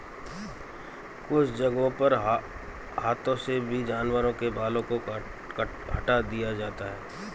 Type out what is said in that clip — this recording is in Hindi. कुछ जगहों पर हाथों से भी जानवरों के बालों को हटा दिया जाता है